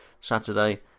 Saturday